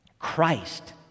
Christ